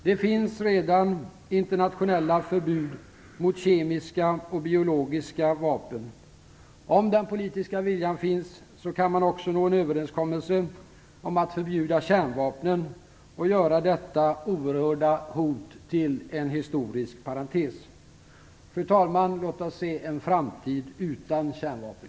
Det finns redan internationella förbud mot kemiska och biologiska vapen. Om den politiska viljan finns, kan man också nå en överenskommelse om att förbjuda kärnvapnen och göra detta oerhörda hot till en historisk parentes. Fru talman! Låt oss se en framtid utan kärnvapen!